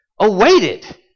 awaited